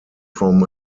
from